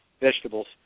vegetables